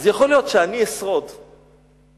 אז יכול להיות שאני אשרוד בגוף,